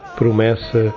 promessa